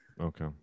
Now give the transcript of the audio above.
Okay